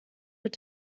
mit